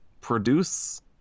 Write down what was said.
produce